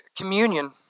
communion